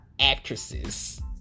actresses